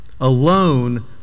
alone